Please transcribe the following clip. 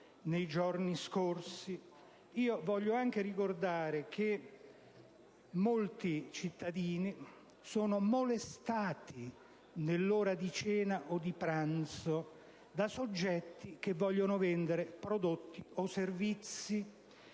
nei giorni scorsi. Voglio anche ricordare che molti cittadini sono molestati, all'ora di cena o di pranzo, da soggetti che vogliono vendere prodotti o servizi.